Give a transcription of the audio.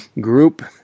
group